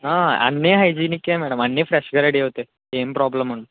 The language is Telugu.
అన్నీ హైజిన్ ఏ మ్యాడమ్ అన్నీ ఫ్రెష్ గా రెడీ అవుతాయి ఏమి ప్రాబ్లెమ్ ఉండదు